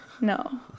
No